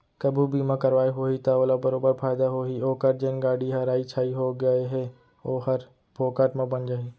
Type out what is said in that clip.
कभू बीमा करवाए होही त ओला बरोबर फायदा होही ओकर जेन गाड़ी ह राइ छाई हो गए हे ओहर फोकट म बन जाही